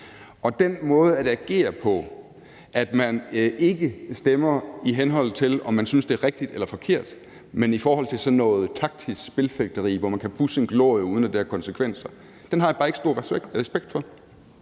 Og den måde at agere på, altså at man ikke stemmer, i henhold til om man synes, det er rigtigt eller forkert, men i forhold til sådan noget taktisk spilfægteri, hvor man kan pudse en glorie, uden at det har konsekvenser, har jeg bare ikke stor respekt for.